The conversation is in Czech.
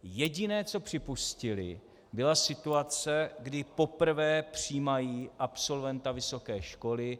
Jediné, co připustili, byla situace, kdy poprvé přijímají absolventa vysoké školy.